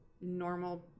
normal